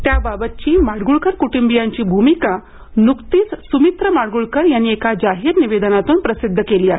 याबाबतची माडगूळकर कुटुंबियांची भूमिका नुकतीच सुमित्र माडगूळकर यांनी एका जाहीर निवेदनातून प्रसिद्ध केली आहे